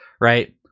right